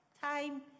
time